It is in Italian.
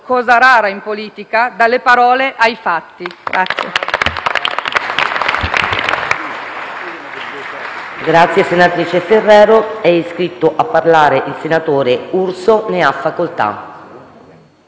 cosa rara in politica - dalle parole ai fatti.